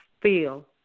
feel